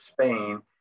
Spain